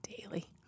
Daily